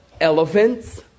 elephants